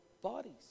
bodies